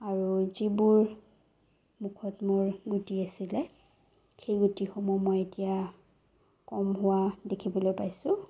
আৰু যিবোৰ মুখত মোৰ গুটি আছিলে সেই গুটিসমূহ মই এতিয়া কম হোৱা দেখিবলৈ পাইছোঁ